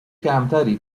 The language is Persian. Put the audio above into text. کمتری